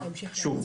שוב,